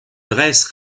dresse